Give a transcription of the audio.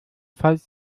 falls